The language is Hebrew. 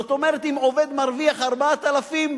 זאת אומרת, אם עובד מרוויח 4,000,